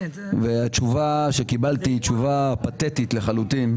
והתשובה שקיבלתי היא תשובה פאתטית לחלוטין,